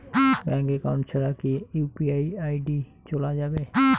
Bank account ছাড়া কি UPI ID চোলা যাবে?